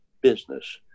business